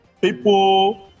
people